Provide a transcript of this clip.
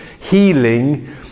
healing